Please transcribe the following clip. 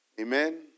Amen